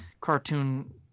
cartoon